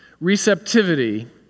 receptivity